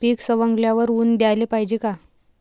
पीक सवंगल्यावर ऊन द्याले पायजे का?